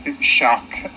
shock